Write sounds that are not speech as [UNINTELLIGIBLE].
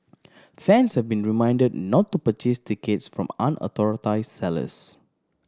fans have been reminded not to purchase tickets from [UNINTELLIGIBLE] sellers